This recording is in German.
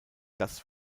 das